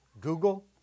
Google